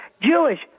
Jewish